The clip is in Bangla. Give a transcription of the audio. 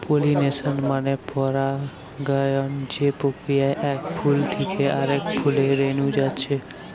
পোলিনেশন মানে পরাগায়ন যে প্রক্রিয়ায় এক ফুল থিকে আরেক ফুলে রেনু যাচ্ছে